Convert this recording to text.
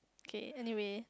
okay anyway